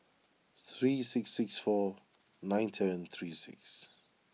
three six six four nine seven three six